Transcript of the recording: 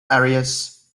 areas